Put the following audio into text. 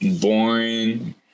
boring